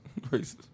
racist